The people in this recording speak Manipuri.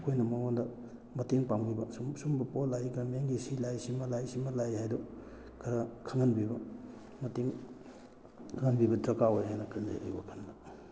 ꯑꯩꯈꯣꯏꯅ ꯃꯉꯣꯟꯗ ꯃꯇꯦꯡ ꯄꯥꯡꯕꯤꯕ ꯁꯨꯝ ꯁꯨꯝꯕ ꯄꯣꯠ ꯂꯥꯛꯏ ꯒꯔꯃꯦꯟꯒꯤ ꯁꯤ ꯂꯥꯛꯏ ꯁꯤꯃ ꯂꯥꯛꯏ ꯁꯤꯃ ꯂꯥꯛꯏ ꯍꯥꯏꯗꯨ ꯈꯔ ꯈꯪꯍꯟꯕꯤꯕ ꯃꯇꯦꯡ ꯈꯪꯍꯟꯕꯤꯕ ꯗꯔꯀꯥꯔ ꯑꯣꯏ ꯍꯥꯏꯅ ꯈꯟꯖꯩ ꯑꯩ ꯋꯥꯈꯜꯗ